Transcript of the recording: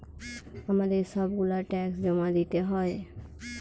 আমাদের সব গুলা ট্যাক্স জমা দিতে হয়